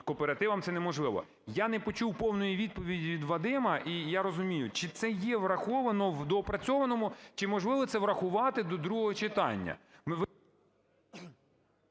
кооперативам це неможливо. Я не почув повної відповіді від Вадима, і я розумію, чи це є враховано в доопрацьованому чи можливо це врахувати до другого читання?